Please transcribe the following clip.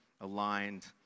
aligned